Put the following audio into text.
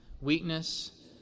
weakness